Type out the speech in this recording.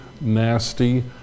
nasty